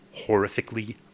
horrifically